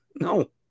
No